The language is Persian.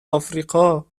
افریقا